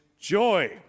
joy